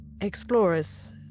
explorers